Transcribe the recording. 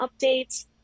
updates